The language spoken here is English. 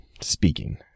speaking